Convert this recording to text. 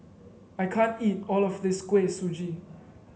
I can't eat all of this Kuih Suji